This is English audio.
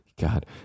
God